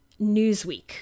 Newsweek